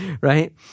Right